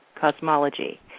Cosmology